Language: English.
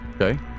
Okay